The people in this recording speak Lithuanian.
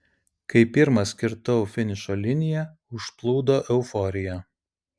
kai pirmas kirtau finišo liniją užplūdo euforija